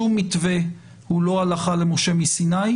שום מתווה הוא לא הלכה למשה מסיני,